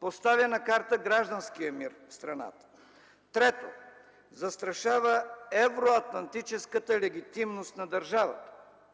поставя на карта гражданския мир в страната; трето, застрашава евроатлантическата легитимност на държавата;